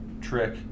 trick